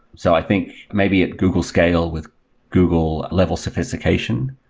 so i think maybe at google scale with google level sophistication,